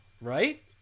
right